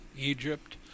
egypt